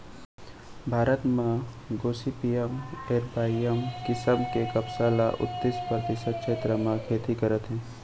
भारत म gossypium arboreum किसम के कपसा ल उन्तीस परतिसत छेत्र म खेती करत हें